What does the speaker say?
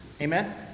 Amen